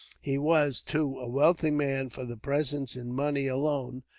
he was, too, a wealthy man for the presents in money, alone,